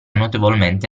notevolmente